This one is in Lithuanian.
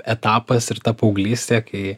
etapas ir ta paauglystė kai